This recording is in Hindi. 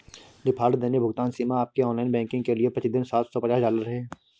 डिफ़ॉल्ट दैनिक भुगतान सीमा आपके ऑनलाइन बैंकिंग के लिए प्रति दिन सात सौ पचास डॉलर है